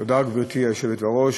גברתי היושבת-ראש,